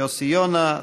יוסי יונה,